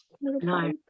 No